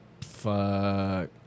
Fuck